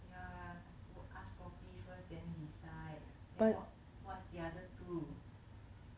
ya ask probably first then decide then what what's the other two